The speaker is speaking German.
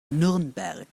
nürnberg